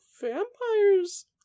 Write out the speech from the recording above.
vampires